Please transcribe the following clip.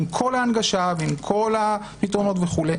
עם כל ההנגשה ועם כל הפתרונות וכו'.